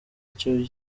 icyo